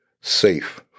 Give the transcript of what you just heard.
safe